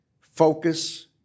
focus